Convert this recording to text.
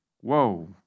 Whoa